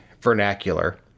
vernacular